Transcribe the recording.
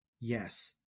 Yes